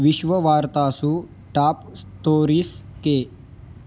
विश्ववार्तासु top stories K